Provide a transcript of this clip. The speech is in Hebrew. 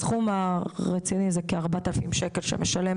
הסכום הרציני זה כ-4,000 שקלים שהוא משלם